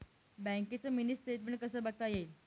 बँकेचं mini statement कसं बघता येईल?